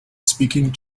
speaking